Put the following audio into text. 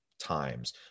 times